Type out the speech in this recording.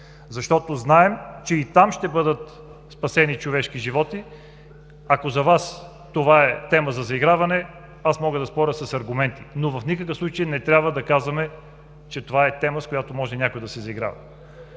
защото знаем, че и там ще бъдат спасени човешки животи. Ако за Вас това е тема за заиграване, аз мога да споря с аргументи, но в никакъв случай не трябва да казваме, че това е тема, с която може някой да се заиграва.